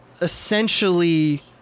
essentially